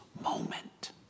moment